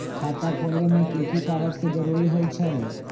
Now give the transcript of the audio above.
खाता खोले में कि की कागज के जरूरी होई छइ?